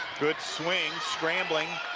good swing, scrambling,